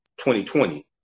2020